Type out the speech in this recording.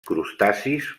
crustacis